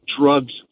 drugs